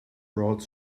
rods